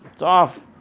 it's off.